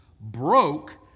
broke